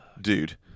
Dude